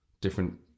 different